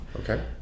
okay